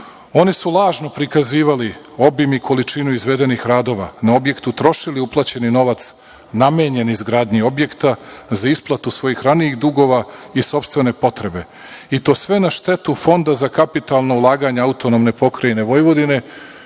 oni su lažno prikazivali obim i količinu izvedenih radova na objektu, trošili uplaćeni novac namenjen izgradnji objekta za isplatu svojih ranijih dugova i sopstvene potrebe, i to sve na štetu Fonda za kapitalna ulaganja AP Vojvodine,